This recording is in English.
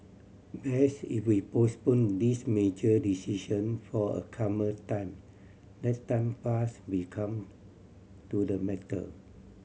best if we postpone this major decision for a calmer time let time pass we come to the matter